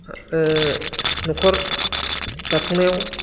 न'खर दाफुंनायाव